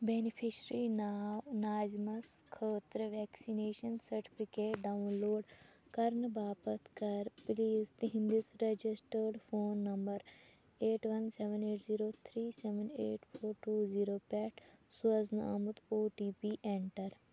beneficiary ناو ناظِمَس خٲطرٕ ویکسِنیٚشن سرٹِفکیٹ ڈاوُن لوڈ کَرنہٕ باپتھ کَر پُلیٖز تِہٕنٛدِس registered phone number eight one seven eight zero three seven eight four two zero پٮ۪ٹھ سوزنہٕ آمُت او ٹی پی ایٚنٹر